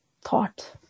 thought